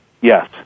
Yes